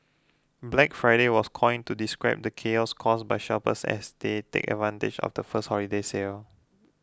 Black Friday was coined to describe the chaos caused by shoppers as they take advantage of the first holiday sale